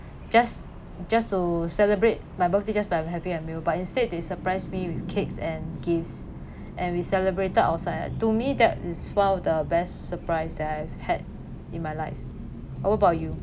just just to celebrate my birthday just by having a meal but instead they surprised me with cakes and gifts and we celebrated outside to me that is one of the best surprise that I've had in my life what about you